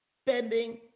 Spending